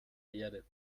erde